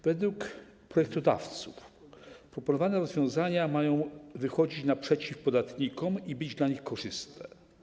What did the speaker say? Według projektodawców proponowane rozwiązania mają wychodzić naprzeciw podatnikom i być dla nich korzystne.